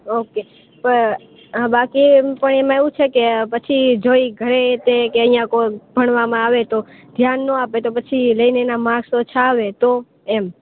okay બાકી કોઈ એમાં એવું છે કે પછી જો ઈ ઘણા તે કે અહીંયા કોક ભણવામાં આવે તો ધ્યાન નો આપે તો પછી લઈને એને માસ આવે તો એમ